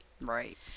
right